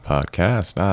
Podcast